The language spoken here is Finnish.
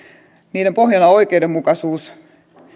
niiden pohjana on oikeudenmukaisuus